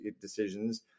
decisions